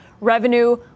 Revenue